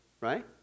right